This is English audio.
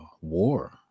war